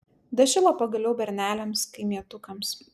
dašilo pagaliau berneliams kaimietukams